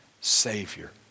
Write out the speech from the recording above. savior